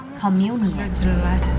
Communion